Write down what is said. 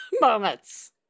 moments